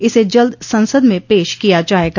इसे जल्द संसद में पेश किया जाएगा